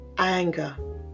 anger